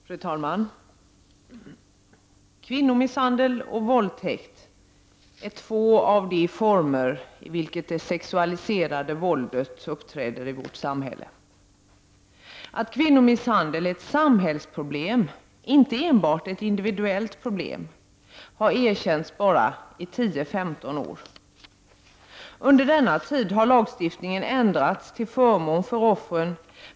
Fru talman! Kvinnomisshandel och våldtäkt är två av de former i vilka det sexualiserade våldet uppträder i vårt samhälle. Att kvinnomisshandel är ett samhällsproblem — alltså inte enbart ett individuellt problem — har erkänts först under de senaste 10-15 åren. Under denna tid har lagstiftningen ändrats till förmån för offren.